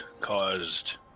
caused